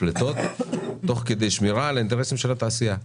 פליטות תוך כדי שמירה על האינטרסים של התעשייה.